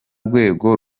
rwego